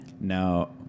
no